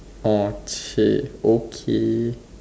orh !chey! okay